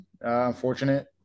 Unfortunate